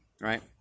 right